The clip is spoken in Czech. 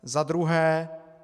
Za druhé.